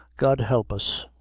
god help us,